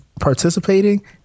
participating